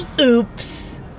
Oops